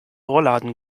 rollladen